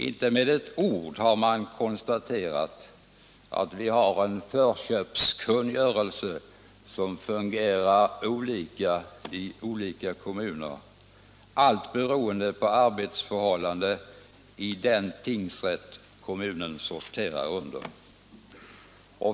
Inte med ett ord har utskottet konstaterat att förköpskungörelsen fungerar olika i olika kommuner, allt beroende på arbetsförhållandena i den tingsrätt kommunen sorterar under.